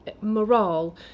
morale